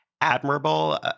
admirable